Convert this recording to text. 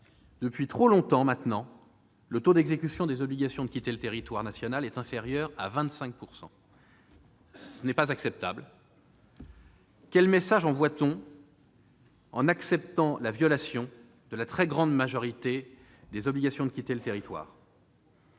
Depuis trop longtemps maintenant, le taux d'exécution des obligations de quitter le territoire est inférieur à 25 %. Ce n'est pas acceptable. Quel message envoie-t-on en acceptant la violation de la très grande majorité des OQTF ?« Faire des lois